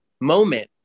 moment